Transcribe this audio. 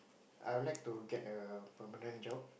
I would like to get a permanent job